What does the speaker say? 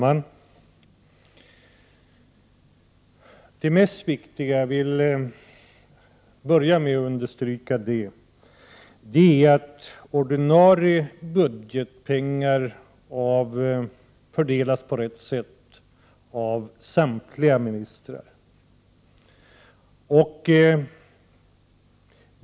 Herr talman! Jag vill understryka att det viktigaste är att ordinarie budgetpengar fördelas på rätt sätt av samtliga ministrar.